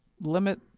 limit